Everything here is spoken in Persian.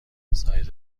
سایز